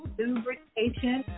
lubrication